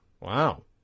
Wow